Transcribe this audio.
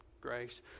grace